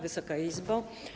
Wysoka Izbo!